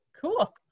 cool